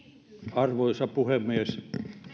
arvoisa puhemies